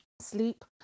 sleep